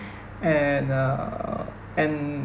and err and